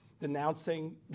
denouncing